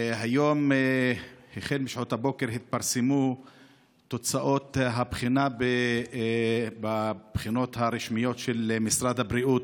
היום משעות הבוקר התפרסמו תוצאות הבחינות הרשמיות של משרד הבריאות,